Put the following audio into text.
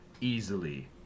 easily